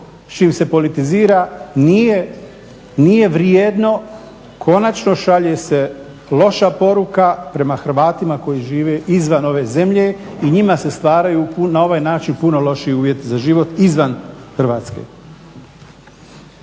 čim se politizira nije vrijedno konačno šalje se loša poruka prema Hrvatima koji žive izvan ove zemlje i njima se stvaraju na ovaj način puno lošiji uvjeti za život izvan Hrvatske.